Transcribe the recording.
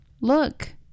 Look